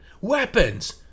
Weapons